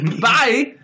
Bye